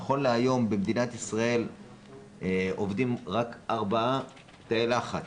נכון להיום במדינת ישראל עובדים רק ארבעה תאי לחץ,